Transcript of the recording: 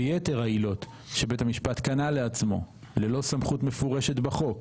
ביתר העילות שבית המשפט קנה לעצמו ללא סמכות מפורשת בחוק